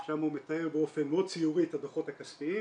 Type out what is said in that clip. שם הוא מתאר באופן מאוד ציורי את הדוחות הכספיים